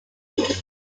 top